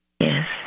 Yes